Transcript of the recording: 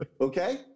Okay